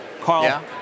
Carl